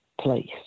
place